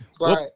Right